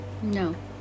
No